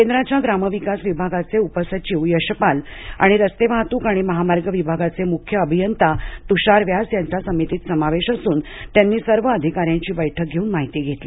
केंद्राच्या ग्रामविकास विभागाचे उपसचिव यशपाल आणि रस्ते वाहतूक आणि महामार्ग विभागाचे मुख्य अभियंता तुषार व्यास यांचा समितीत समावेश असून त्यांनी सर्व अधिकाऱ्यांची बैठक घेऊन माहिती घेतली